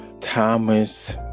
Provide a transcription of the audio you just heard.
Thomas